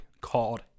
called